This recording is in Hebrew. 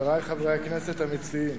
חברי חברי הכנסת המציעים,